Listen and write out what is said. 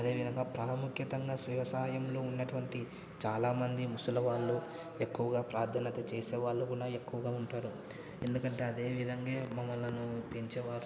అదే విధంగా ప్రాముఖ్యతంగా వ్యవసాయంలో ఉన్నటువంటి చాలామంది ముసలి వాళ్ళు ఎక్కువగా ప్రార్థనత చేసేవాళ్ళు కూడా ఎక్కువగా ఉంటారు ఎందుకంటే అదే విధంగా మమ్మలను పెంచేవారు